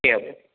एवम्